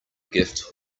gift